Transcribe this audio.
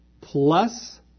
plus